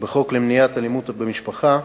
בחוק למניעת אלימות במשפחה,